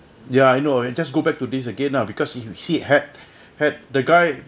ya I know you just go back to these again lah because he had had the guy